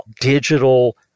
digital